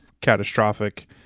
catastrophic